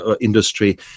industry